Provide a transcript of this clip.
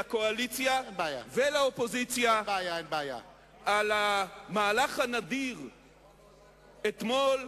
לקואליציה ולאופוזיציה על המהלך הנדיר אתמול,